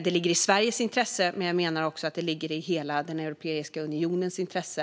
Det ligger i Sveriges intresse att värna biogasen, men jag menar att det också ligger i hela Europeiska unionens intresse.